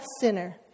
sinner